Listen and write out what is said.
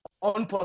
on